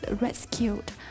rescued